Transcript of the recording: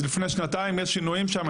אז לפני שנתיים יש שינויים שמה,